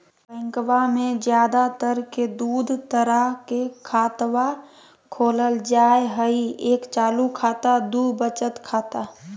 बैंकवा मे ज्यादा तर के दूध तरह के खातवा खोलल जाय हई एक चालू खाता दू वचत खाता